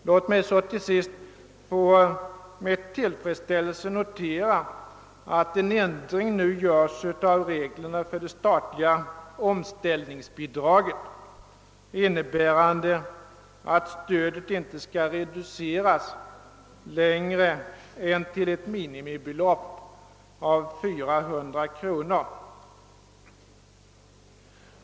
Låt mig till sist med tillfredsställelse notera att en ändring nu görs av reglerna för det statliga omställningsbidraget, innebärande att stödet inte skall reduceras längre än till ett minimibelopp av 400 kronor.